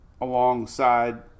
alongside